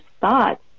thoughts